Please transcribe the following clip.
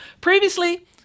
Previously